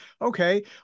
Okay